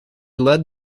led